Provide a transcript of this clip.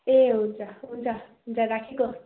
ए हुन्छ हुन्छ हुन्छ राखेको